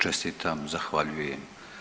Čestitam, zahvaljujem.